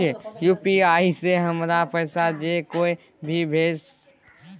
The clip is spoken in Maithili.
यु.पी.आई से हमरा पास जे कोय भी पैसा भेजतय केना पता चलते?